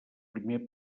primer